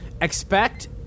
expect